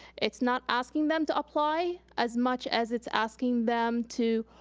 it's not asking them to apply as much as it's asking them to,